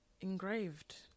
engraved